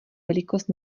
velikost